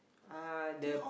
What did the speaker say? uh the